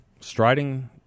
striding